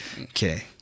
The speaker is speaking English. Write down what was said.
Okay